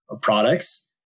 products